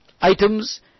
items